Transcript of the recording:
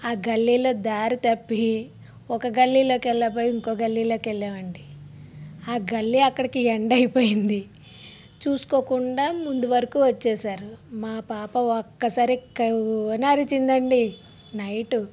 ఆ గల్లీలో దారి తప్పి ఒక గల్లీలోకి వెళ్ళబోయి ఇంకో గల్లీలో వెళ్ళామండి ఆ గల్లి అక్కడికి ఎండ్ అయిపోయింది చూసుకోకుండా ముందు వరకు వచ్చేసారు మా పాప ఒక్కసారి కెవ్వున అరిచిందండి నైట్